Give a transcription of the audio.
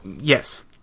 Yes